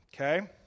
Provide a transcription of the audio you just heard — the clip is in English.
okay